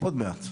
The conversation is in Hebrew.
עוד מעט.